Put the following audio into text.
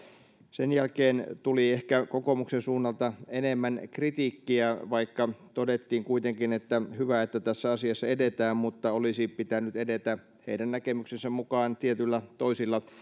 sen jälkeen tuli ehkä kokoomuksen suunnalta enemmän kritiikkiä vaikka todettiin kuitenkin että hyvä että tässä asiassa edetään mutta olisi pitänyt edetä heidän näkemyksensä mukaan tietyillä toisilla